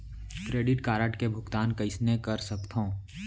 Credit card के भुगतान कईसने कर सकथो?